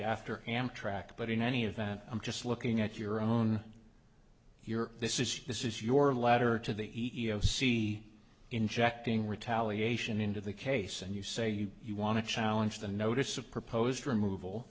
after amtrak but in any event i'm just looking at your own here this is this is your letter to the e e o c injecting retaliation into the case and you say you want to challenge the notice of proposed removal